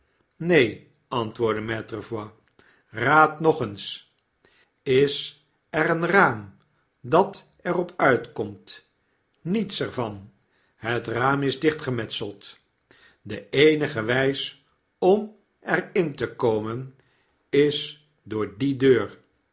neen antwoordde maitre voigt kaad nog eens is er een raam dat er op uitkomt niet s er van het raam is dichtgemetseld de eenige wijs om er in te komen is door die deur